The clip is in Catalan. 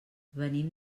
venim